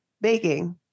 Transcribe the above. baking